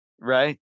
Right